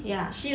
ya